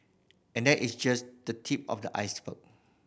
and that is just the tip of the iceberg